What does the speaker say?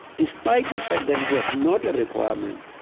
despite the fact that it was not a requirement,